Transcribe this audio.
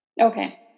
Okay